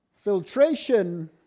Filtration